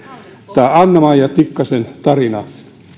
tämä anna maija tikkasen tarina